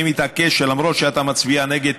אני מתעקש שלמרות שאתה מצביע נגד,